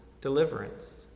deliverance